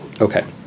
Okay